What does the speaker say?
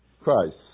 Christ